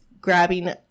grabbing –